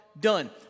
done